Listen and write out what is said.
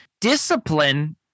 Discipline